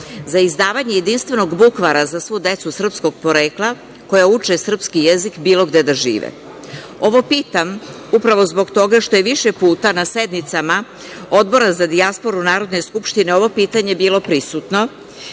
za izdavanje jedinstvenog bukvara za svu decu srpskog porekla koja uče srpski jezik bilo gde da žive? Ovo pitam upravo zbog toga što je više puta na sednicama Odbora za dijasporu Narodne skupštine ovo pitanje bilo prisutno